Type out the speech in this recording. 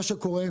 מה שקורה,